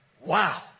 Wow